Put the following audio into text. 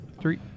three